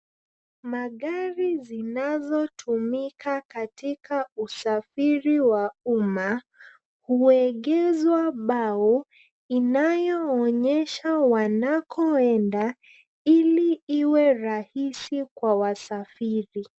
Magari zinazotumika katika usafiri wa umma, huegezwa bao inayoonyesha wanakoenda ili iwe rahisi kwa wasafiri.